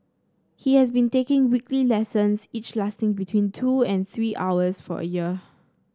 he has been taking weekly lessons each lasting between two and three hours for a year